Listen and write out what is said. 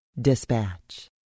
dispatch